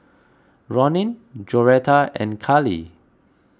Ronin Joretta and Kali